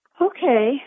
Okay